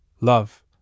Love